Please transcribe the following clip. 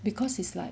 because it's like